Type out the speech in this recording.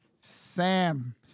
Sam